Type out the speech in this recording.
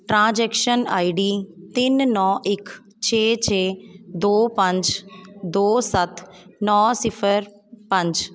transaction I D ਤਿੰਨ ਨੌਂ ਇੱਕ ਛੇ ਛੇ ਦੋ ਪੰਜ ਦੋ ਸੱਤ ਨੌਂ ਸਿਫ਼ਰ ਪੰਜ